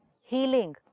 healing